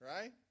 right